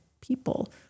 people